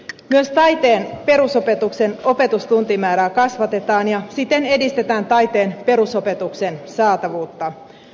myös taiteen perusopetuksen opetustuntimäärää kasvatetaan ja siten edistetään taiteen perusopetuksen saatavuutta